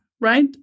Right